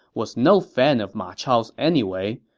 was no fan of ma chao's anyway,